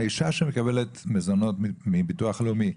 האישה שמקבלת מזונות מביטוח לאומי,